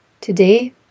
Today